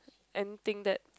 anything that